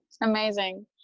amazing